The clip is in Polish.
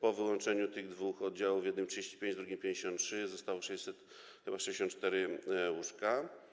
Po wyłączeniu tych dwóch oddziałów, w jednym - 35, w drugim - 53, zostały 664 łóżka.